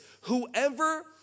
Whoever